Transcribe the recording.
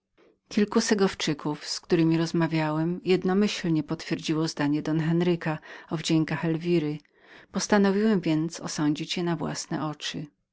kilku segowczyków z którymi rozmawiałamrozmawiałem jednomyślnie potwierdziło zdanie don henryka o wdziękach elwiry postanowiłem więc osądzić je na własne oczy